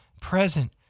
present